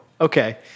okay